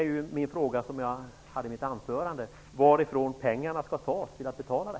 Jag frågade i mitt anförande varifrån pengarna skall tas till att betala det.